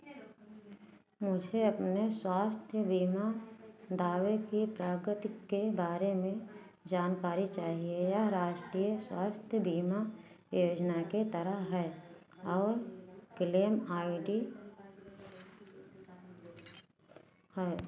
मुझे अपने स्वास्थ्य बीमा दावे की प्रगति के बारे में जानकारी चाहिए यह राष्ट्रीय स्वास्थ्य बीमा योजना के तरह है और क्लेम आई डी है